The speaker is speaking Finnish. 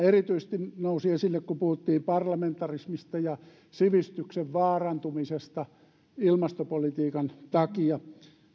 erityisesti nousi esille kun puhuttiin parlamentarismista ja sivistyksen vaarantumisesta ilmastopolitiikan takia